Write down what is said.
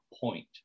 point